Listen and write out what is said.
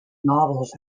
novels